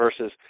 versus